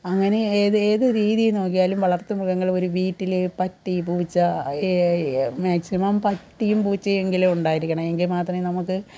അങ്ങനെ ഏത് ഏതു രീതിയിൽ നോക്കിയാലും വളർത്തു മൃഗങ്ങൾ ഒരു വീട്ടിൽ പട്ടി പൂച്ച മാക്സിമം പട്ടിയും പൂച്ചയെങ്കിലും ഉണ്ടായിരിക്കണം എങ്കിൽ മാത്രമേ നമുക്ക്